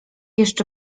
jeszcze